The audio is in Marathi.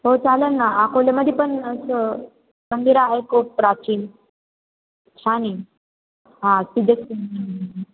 हो चालेल ना अकोल्यामध्ये पण असं मंदिरं आहे खूप प्राचीन छान आहे हां तिथे